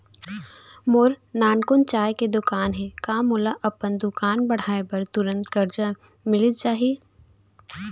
मोर नानकुन चाय के दुकान हे का मोला अपन दुकान बढ़ाये बर तुरंत करजा मिलिस जाही?